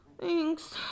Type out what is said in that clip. Thanks